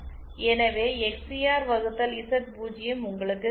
எனவே எக்ஸ்சிஆர் வகுத்தல் இசட் 0 உங்களுக்குத் தெரியும்